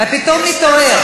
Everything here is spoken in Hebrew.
אתה פתאום מתעורר.